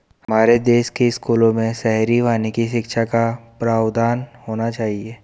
हमारे देश के स्कूलों में शहरी वानिकी शिक्षा का प्रावधान होना चाहिए